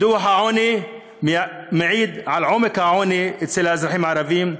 דוח העוני מעיד על עומק העוני אצל האזרחים הערבים,